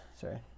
sorry